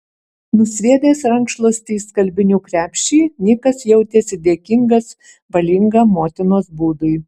nusviedęs rankšluostį į skalbinių krepšį nikas jautėsi dėkingas valingam motinos būdui